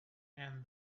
and